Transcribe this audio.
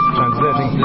translating